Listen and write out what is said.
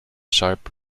sharp